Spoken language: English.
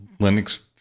Linux